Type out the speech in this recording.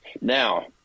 Now